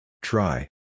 Try